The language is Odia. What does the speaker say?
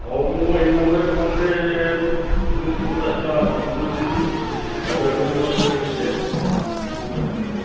ହଉ ମୁଁ ଏଇ ନମ୍ବର୍ରେ ଫୋନ୍ ପେ'ରୁ ମୁଁ ତିନିଶହ ପଚାଶ ଟଙ୍କା ସମ୍ପୂର୍ଣ୍ଣ ଦେଇ ଦେଉଛି ଆଉ ଦୟାକରି ମୋର ହୁଏ ଟିକେଟ୍ ବୁକ୍ କରି ଦିଅନ୍ତୁ